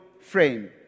frame